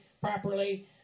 properly